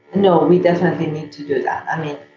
no. we definitely need to do that. i mean,